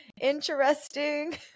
interesting